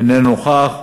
איננו נוכח,